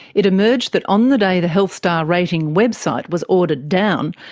it emerged that on the day the health star rating website was ordered down,